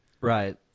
right